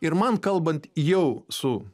ir man kalbant jau su